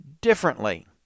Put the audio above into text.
differently